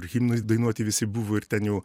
ir himnai dainuoti visi buvo ir ten jau